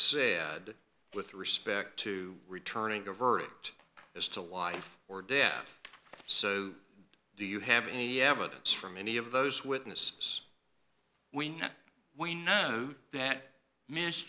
said with respect to returning a verdict as to wife or death so do you have any evidence from any of those witnesses when we know that m